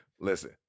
listen